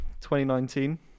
2019